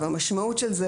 המשמעות של זה,